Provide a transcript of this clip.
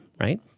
right